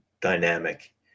dynamic